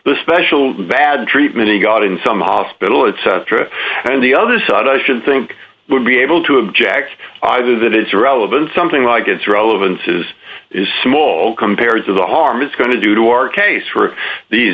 the special bad treatment he got in some hospital etc and the other side i should think would be able to object either that it's irrelevant something like it's relevance is is small compared to the harm it's going to do to our case for these